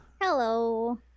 hello